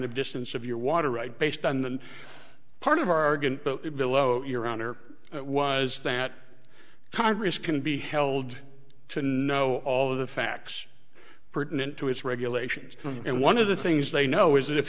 of distance of your water right based on the part of our below your honor it was that congress can be held to know all of the facts pertinent to its regulations and one of the things they know is that if